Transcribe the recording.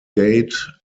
gate